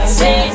say